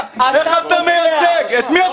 את מי אתה